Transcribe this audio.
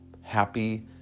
happy